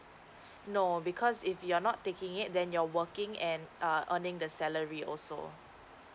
no because if you're not taking it then you're working and err earning the salary also